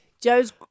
Joe's